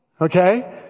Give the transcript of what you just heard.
Okay